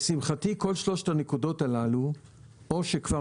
לשמחתי כל שלושת הנקודות הללו או שכבר